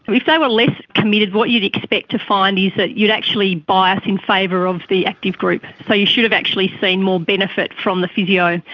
if they were less committed what you'd expect to find is that you'd actually bias in favour of the active group. so you should have actually seen more benefit from the physio.